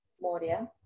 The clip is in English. Moria